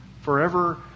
forever